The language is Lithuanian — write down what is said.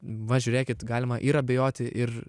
va žiūrėkit galima ir abejoti ir